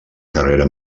carrera